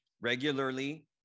regularly